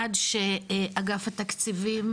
עד שאגף התקציבים